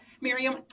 Miriam